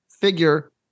figure